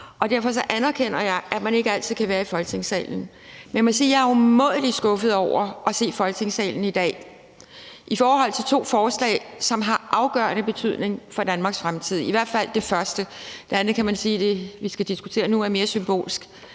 derfor anerkender jeg, at man ikke altid kan være i Folketingssalen. Men jeg må sige, at jeg er umådelig skuffet over at se Folketingssalen i dag, i forhold til at vi behandler to forslag, som har en afgørende betydning for Danmarks fremtid, i hvert fald det første – det andet, vi skal diskutere, kan man sige er mere symbolsk.